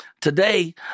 Today